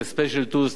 special tools,